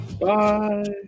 Bye